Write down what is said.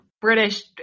British